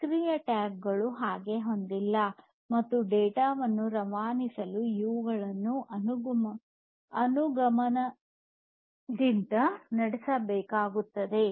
ನಿಷ್ಕ್ರಿಯ ಟ್ಯಾಗ್ಗಳು ಹಾಗೆ ಹೊಂದಿಲ್ಲ ಮತ್ತು ಡೇಟಾವನ್ನು ರವಾನಿಸಲು ಇವುಗಳನ್ನು ಅನುಗಮನದಿಂದ ನಡೆಸಬೇಕಾಗುತ್ತದೆ